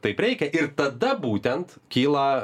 taip reikia ir tada būtent kyla